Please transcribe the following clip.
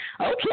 Okay